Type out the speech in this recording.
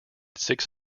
six